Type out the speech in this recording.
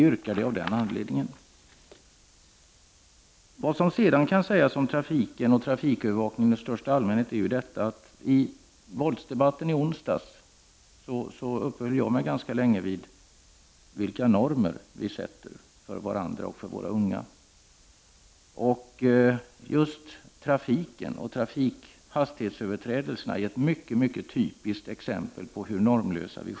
Vad som sedan kan sägas om trafiken och trafikövervakningen i största allmänhet är att just trafiken och hastighetsöverträdelserna är ett mycket typiskt exempel på hur normlösa vi själva har blivit. I våldsdebatten i onsdags uppehöll jag mig ganska länge vid vilka normer vi sätter för varandra och för våra unga.